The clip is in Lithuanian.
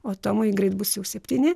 o tomui greit bus jau septyni